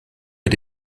mit